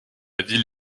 ville